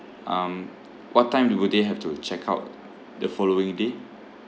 um what time do will they have to check out the following day